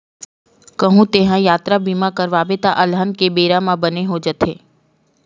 कहूँ तेंहा यातरा बीमा करवाबे त अलहन के बेरा बर बने हो जाथे